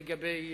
לגבי